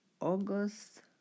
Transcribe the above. August